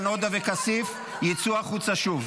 (חבר הכנסת עופר כסיף יוצא מאולם המליאה.)